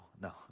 No